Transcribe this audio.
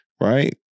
right